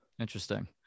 Interesting